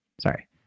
sorry